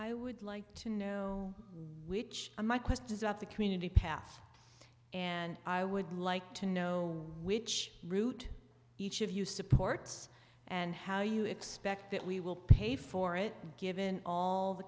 i would like to know which a my quest is about the community path and i would like to know which route each of you supports and how you expect that we will pay for it given all the